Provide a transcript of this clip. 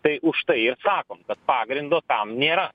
tai už tai ir sakom kad pagrindo tam nėra